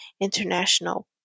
international